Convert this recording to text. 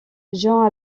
jean